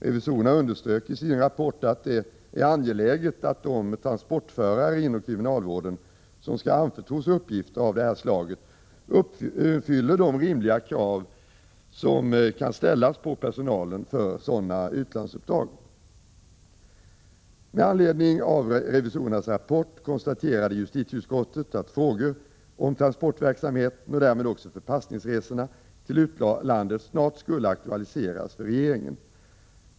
Revisorerna underströk i sin rapport att det är angeläget att de transportförare inom kriminalvården som skall anförtros uppgifter av detta slag uppfyller de rimliga krav som kan ställas på personalen för sådana utlandsuppdrag. Med anledning av revisorernas rapport konstaterade justitieutskottet att frågor om transportverksamheten och därmed också förpassningsresorna till utlandet snart skulle aktualiseras för regeringen.